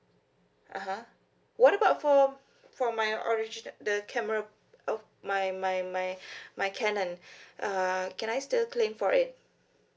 uh !huh! what about for for my original the camera of my my my my cannon uh can I still claim for it